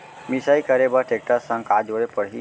मिसाई करे बर टेकटर संग का जोड़े पड़ही?